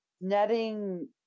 netting